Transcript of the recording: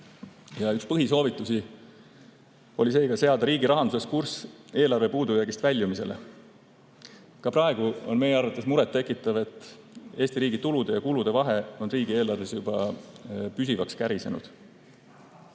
Üks põhisoovitusi oli seega seada riigi rahanduses kurss eelarve puudujäägist väljumisele. Ka praegu on meie arvates muret tekitav see, et Eesti riigi tulude ja kulude vahe on riigieelarves juba püsivaks kärisenud.